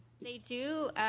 they do